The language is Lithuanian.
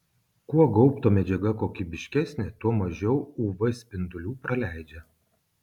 kuo gaubto medžiaga kokybiškesnė tuo mažiau uv spindulių praleidžia